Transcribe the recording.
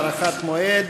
הארכת מועד),